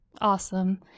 awesome